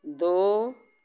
दो